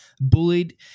bullied